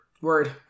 Word